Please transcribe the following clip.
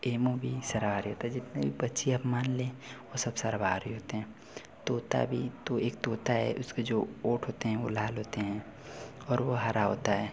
ammo भी सर्वाहारी होते जितने भी पक्षी हम मान लें वे सब सर्वाहारी होते हैं तोता भी तो एक तोता है उसके जो होंट होते हैं वे लाल होते हैं और वह हरा होता है